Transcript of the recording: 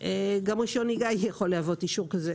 גם רישיון נהיגה יכול להוות אישור כזה.